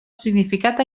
significat